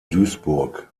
duisburg